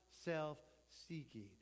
self-seeking